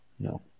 No